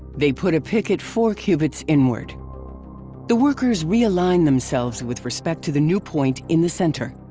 they put a picket four cubits inward the workers realign themselves with respect to the new point in the center.